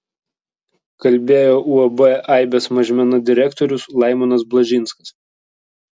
kalbėjo uab aibės mažmena direktorius laimonas blažinskas